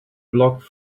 blocked